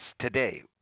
today